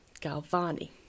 Galvani